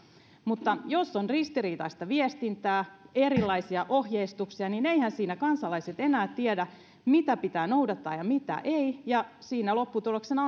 jos on ristiriitaista viestintää erilaisia ohjeistuksia niin eiväthän siinä kansalaiset enää tiedä mitä pitää noudattaa ja ja mitä ei ja siinä lopputuloksena